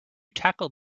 tackled